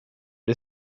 det